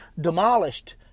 demolished